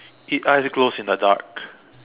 its eyes glows in the dark